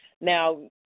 Now